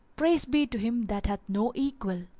praise be to him that hath no equal!